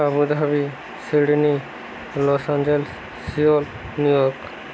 Abu Dhabi Sydney Los Angeles Seoul New York